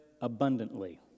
abundantly